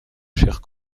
chère